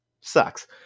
sucks